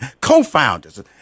Co-founders